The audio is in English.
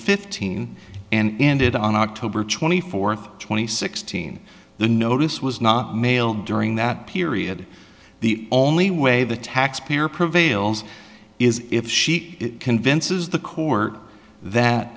fifteen and ended on october twenty fourth twenty sixteen the notice was not mailed during that period the only way the tax payer prevails is if she convinces the court that